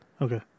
Okay